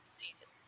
season